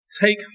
take